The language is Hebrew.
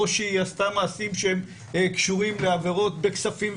שהיא עשתה מעשים שקשורים לעבירות בכספים,